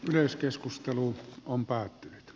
myös keskustelu on päättynyt